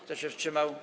Kto się wstrzymał?